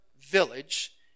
village